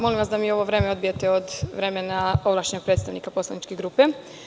Molim vas da mi ovo vreme odbijete od vremena ovlašćenog predstavnika poslaničke grupe.